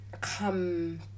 come